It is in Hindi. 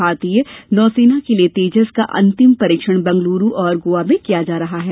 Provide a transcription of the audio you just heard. भारतीय नौसेना के लिए तेजस का अंतिम परीक्षण बैंगलूरू और गोवा में किया जा रहा है